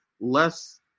less